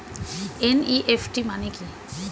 NEFT মানে কি?